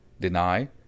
Deny